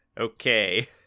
Okay